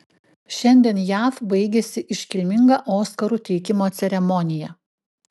šiandien jav baigėsi iškilminga oskarų teikimo ceremonija